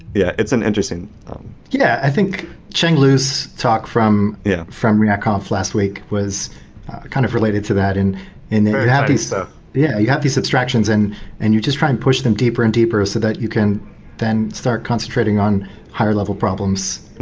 yeah it's an interesting yeah. i think cheng lou's talk from yeah from react conf last week was kind of related to that and very exciting stuff yeah, you have these abstractions and and you just try and push them deeper and deeper so that you can then start concentrating on higher level problems.